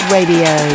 Radio